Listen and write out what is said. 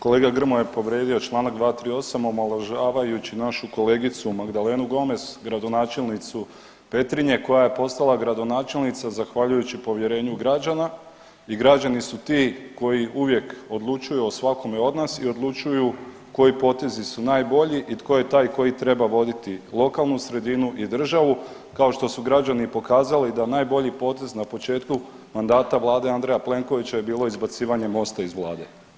Kolega Grmoja je povrijedio Članak 238. omalovažavajući našu kolegicu Magdalenu Komes, gradonačelnicu Petrinje koja je postala gradonačelnica zahvaljujući povjerenju građana i građani su ti koji uvijek odlučuju o svakome od nas i odlučuju koji potezi su najbolji i tko je taj koji treba voditi lokalnu sredinu i državu kao što su i građani pokazali da najbolji potez na početku mandata vlade Andreja Plenkovića je bilo izbacivanje MOST-a iz vlade.